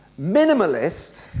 Minimalist